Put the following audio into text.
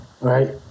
Right